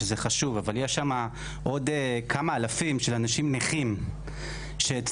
אבל יש שם עוד כמה אלפים שזה אנשים נכים שצריכים